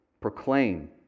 proclaim